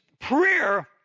prayer